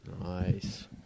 Nice